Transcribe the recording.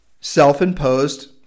self-imposed